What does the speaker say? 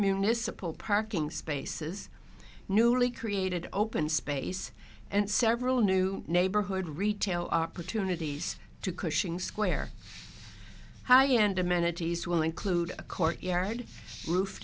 municipal parking spaces newly created open space and several new neighborhood retail opportunities to cushing square high end amenities will include a courtyard roof